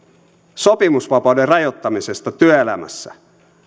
sopimusvapauden rajoittamisesta työelämässä